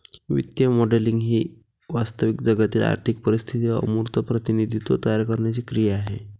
वित्तीय मॉडेलिंग ही वास्तविक जगातील आर्थिक परिस्थितीचे अमूर्त प्रतिनिधित्व तयार करण्याची क्रिया आहे